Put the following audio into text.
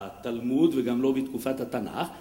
התלמוד וגם לא בתקופת התנ"ך